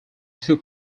two